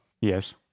Yes